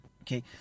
Okay